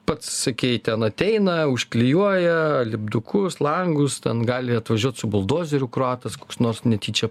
pats sakei ten ateina užklijuoja lipdukus langus ten gali atvažiuot su buldozeriu kroatas koks nors netyčia